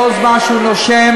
כל זמן שהוא נושם,